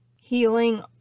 healing